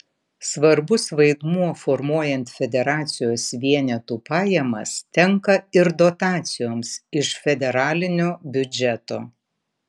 svarbus vaidmuo formuojant federacijos vienetų pajamas tenka ir dotacijoms iš federalinio biudžeto